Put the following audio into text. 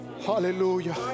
Hallelujah